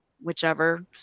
whichever